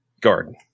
Garden